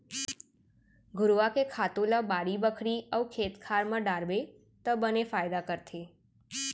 घुरूवा के खातू ल बाड़ी बखरी अउ खेत खार म डारबे त बने फायदा करथे